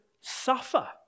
suffer